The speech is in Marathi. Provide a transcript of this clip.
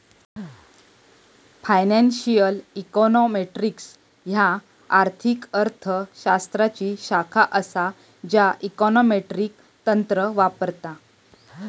फायनान्शियल इकॉनॉमेट्रिक्स ह्या आर्थिक अर्थ शास्त्राची शाखा असा ज्या इकॉनॉमेट्रिक तंत्र वापरता